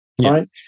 right